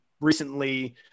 recently